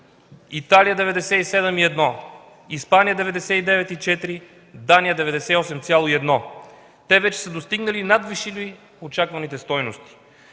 Италия – 97,1%, Испания – 99,4%, Дания – 98,1%. Те вече са достигнали и надвишили очакваните стойности.